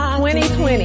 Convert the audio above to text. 2020